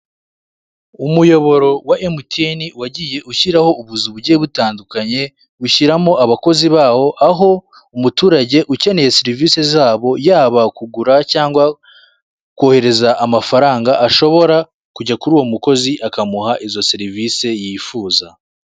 Umuyoboro wa emutiyeni wagiye ushyiraho ubuzu bugiye butandukanye, ushyiramo abakozi babo aho umuturage ukeneye serivise zabo yaba kugura cyangwa kohereza amafaranga ashobora kujya kuri uwo mukozi akamuha izo serivise yifuza.